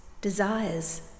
desires